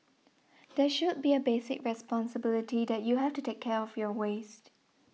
there should be a basic responsibility that you have to take care of your waste